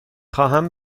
خواهم